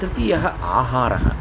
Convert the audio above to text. तृतीयः आहारः